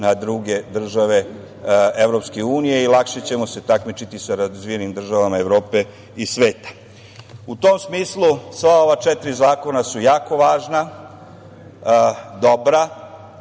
na druge države EU i lakše ćemo se takmičiti sa razvijenim državama Evrope i sveta.U tom smislu sva ova četiri zakona su jako važna, dobra